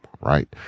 right